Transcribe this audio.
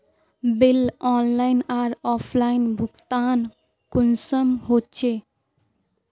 Bill online आर offline भुगतान कुंसम होचे?